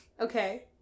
Okay